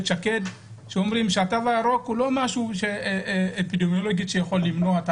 שד שאומרים שהתו הירוק הוא לא משהו שיכול למנוע את